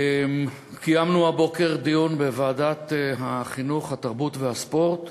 קיימנו הבוקר דיון בוועדת החינוך, התרבות והספורט